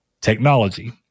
technology